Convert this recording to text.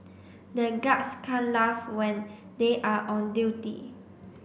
the guards can't laugh when they are on duty